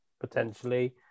potentially